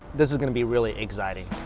this is gonna be really egg-citing